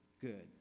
Good